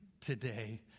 today